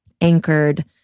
anchored